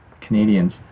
Canadians